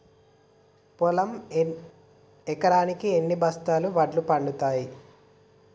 పొలం ఎకరాకి ఎన్ని బస్తాల వడ్లు పండుతుంది?